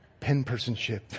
penpersonship